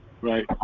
Right